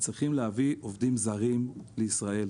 צריך להביא עובדים זרים לישראל.